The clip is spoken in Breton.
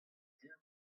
din